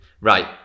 Right